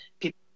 people